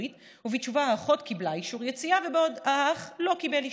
ובתשובה האחות קיבלה אישור יציאה בעוד האח לא קיבל.